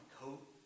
coat